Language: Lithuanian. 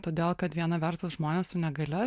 todėl kad viena vertus žmonės su negalia